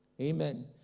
Amen